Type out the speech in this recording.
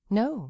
no